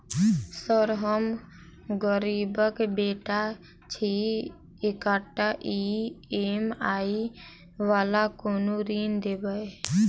Sir हम गरीबक बेटा छी एकटा ई.एम.आई वला कोनो ऋण देबै?